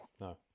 No